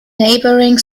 neighboring